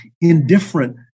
indifferent